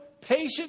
patient